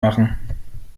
machen